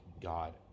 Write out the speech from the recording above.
God